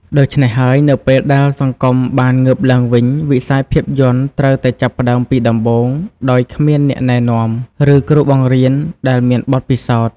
ដូច្នេះហើយ នៅពេលដែលសង្គមបានងើបឡើងវិញ វិស័យភាពយន្តត្រូវតែចាប់ផ្តើមពីដំបូង ដោយគ្មានអ្នកណែនាំ ឬគ្រូបង្រៀនដែលមានបទពិសោធន៍។